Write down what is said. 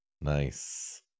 Nice